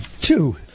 two